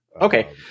Okay